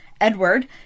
Edward